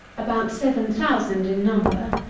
about seven thousand in number,